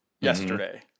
yesterday